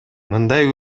мындай